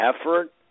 effort